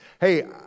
hey